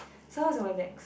so how was the